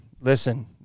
Listen